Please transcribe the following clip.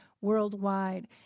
worldwide